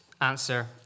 answer